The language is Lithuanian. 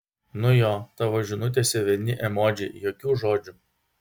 nu jo tavo žinutėse vieni emodžiai jokių žodžių